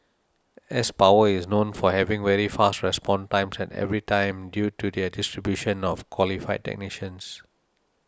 s Power is known for having very fast response times at every time due to their distribution of qualified technicians